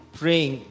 praying